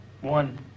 one